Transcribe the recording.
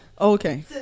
Okay